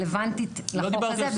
רלוונטית לחוק הזה.